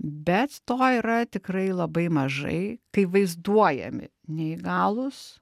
bet to yra tikrai labai mažai kai vaizduojami neįgalūs